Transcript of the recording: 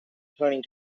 returning